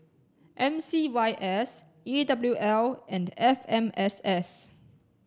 M C Y S E W L and F M S S